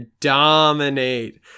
dominate